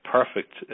perfect